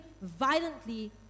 violently